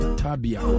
tabia